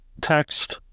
text